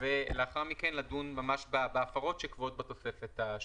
ולאחר מכן נדון בהפרות שקבועות בתוספת השביעית.